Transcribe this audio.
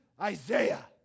Isaiah